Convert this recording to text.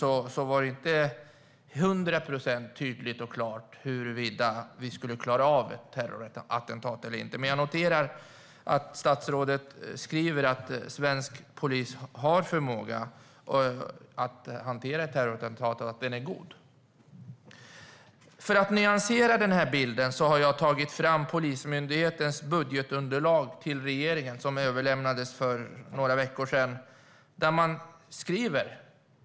Det var inte 100 procent tydligt och klart huruvida vi skulle klara av ett terrorattentat eller inte. Men jag noterar att statsrådet säger att svensk polis har förmåga att hantera ett terrorattentat och att denna förmåga är god. För att nyansera den här bilden har jag tagit fram Polismyndighetens budgetunderlag till regeringen som överlämnades för några veckor sedan.